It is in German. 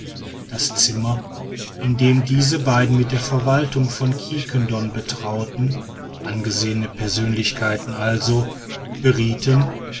das zimmer in dem diese beiden mit der verwaltung von quiquendone betrauten angesehenen persönlichkeiten also beriethen